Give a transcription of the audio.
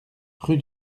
rue